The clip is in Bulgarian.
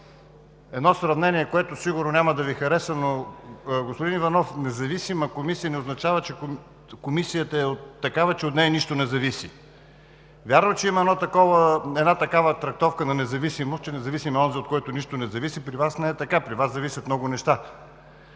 едно сравнение, което сигурно няма да Ви хареса, но, господин Иванов, независима комисия не означава, че Комисията е такава, че от нея нищо не зависи. Вярно, че има една такава трактовка на „независимост“: независим е онзи, от който нищо не зависи. При Вас не е така. При Вас зависят много неща.